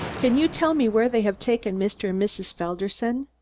can you tell me where they have taken mr. and mrs. felderson?